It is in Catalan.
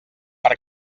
per